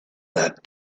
that